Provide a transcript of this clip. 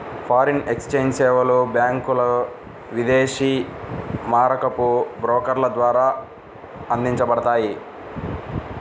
foreign exchange సేవలు బ్యాంకులు, విదేశీ మారకపు బ్రోకర్ల ద్వారా అందించబడతాయి